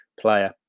player